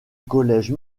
collège